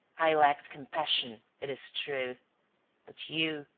i lacked compassion, it is true but you,